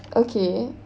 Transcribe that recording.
okay